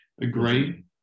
agree